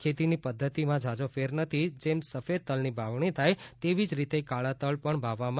ખેતીની પદ્વતિમાં જાજો ફેર નથી જેમ સફેદ તલની વાવણી થાય તેવી જ રીતે કાળા તલ પણ વાવવામાં આવે છે